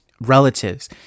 relatives